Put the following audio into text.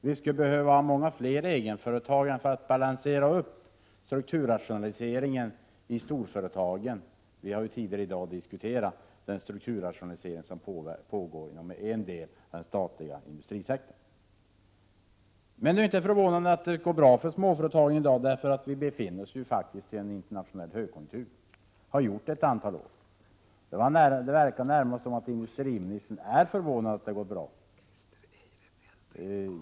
Vi skulle behöva många fler egenföretagare för att balansera en strukturrationalisering i storföretagen — vi har tidigare i dag diskuterat den strukturrationalisering som pågår inom en del av den statliga industrisektorn. Nu är det inte fråga om att det går bra för småföretagen i dag, för vi befinner oss faktiskt i en internationell högkonjunktur, och det har vi gjort ett antal år. Det verkar närmast som att industriministern är förvånad över att det går bra.